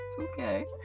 Okay